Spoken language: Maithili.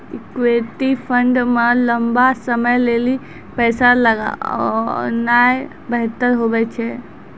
इक्विटी फंड मे लंबा समय लेली पैसा लगौनाय बेहतर हुवै छै